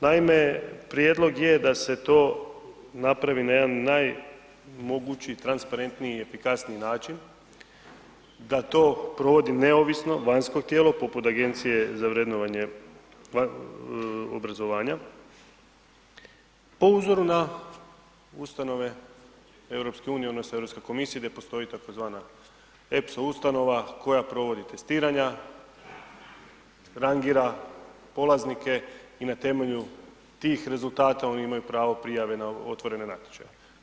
Naime, prijedlog je da se to napravi na jedan najmogući transparentniji i efikasniji način, da to provodi neovisno, vanjsko tijelo poput Agencije za vrednovanje obrazovanja po uzoru na ustanove EU, odnosno Europske komisije i da postoji tzv. EPSA ustanova koja provodi testiranja, rangira polaznike i na temelju tih rezultata oni imaju pravo prijave na otvorene natječaje.